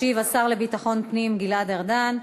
ישיב השר לביטחון פנים גלעד ארדן,